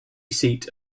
seat